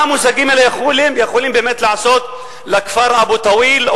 מה המושגים האלה יכולים באמת לעשות לכפר אבו-טוויל,